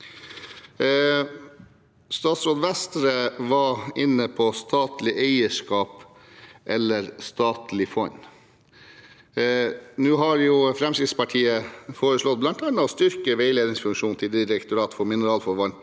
Statsråd Vestre var inne på statlig eierskap eller statlig fond. Fremskrittspartiet har foreslått bl.a. å styrke veiledningsfunksjonen til Direktoratet for mineralforvaltning